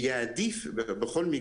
שיוכלו